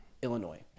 Illinois